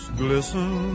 glisten